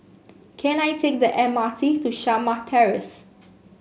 can I take the M R T to Shamah Terrace